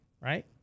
right